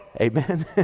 amen